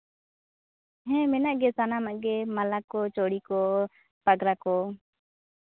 ᱦᱮᱸ ᱢᱮᱱᱟᱜ ᱜᱮᱭᱟ ᱥᱟᱱᱟᱢᱟᱜ ᱜᱮ ᱢᱟᱞᱟ ᱠᱚ ᱪᱩᱲᱤ ᱠᱚ ᱯᱟᱜᱽᱨᱟ ᱠᱚ